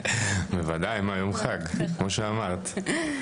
בוודאי, יום חג כמו שאמרת.